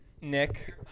Nick